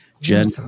Jen